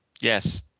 Yes